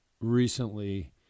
recently